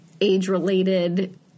age-related